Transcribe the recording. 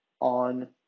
on